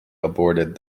aborted